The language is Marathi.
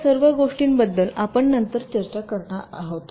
या सर्व गोष्टींबद्दल आपण नंतर चर्चा करणार आहोत